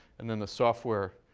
and then the software